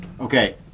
Okay